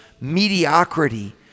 mediocrity